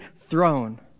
throne